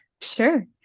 sure